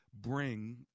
bring